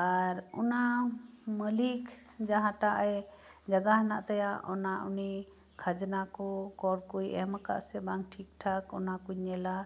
ᱟᱨ ᱢᱟᱹᱞᱤᱠ ᱡᱟᱸᱦᱟᱴᱟᱜ ᱡᱟᱭᱜᱟ ᱢᱮᱱᱟᱜ ᱛᱟᱭᱟ ᱚᱱᱟ ᱩᱱᱤ ᱠᱷᱟᱡᱽᱱᱟ ᱠᱚ ᱠᱚᱨ ᱠᱚᱭ ᱮᱢ ᱠᱟᱫᱟ ᱥᱮ ᱵᱟᱝ ᱴᱷᱤᱠ ᱴᱷᱟᱠ ᱚᱱᱟ ᱠᱩᱧ ᱧᱮᱞᱟ